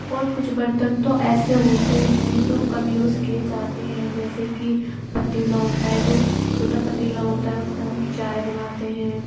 اور کچھ برتن تو ایسے ہوتے ہیں جو کم یوز کیے جاتے ہیں جیسے کہ پتیلہ ہوتا ہے جو چھوٹا پتیلہ ہوتا ہے اس میں ہم چائے بناتے ہیں